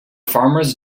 farmers